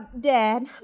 Dad